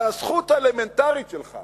אבל הזכות האלמנטרית שלך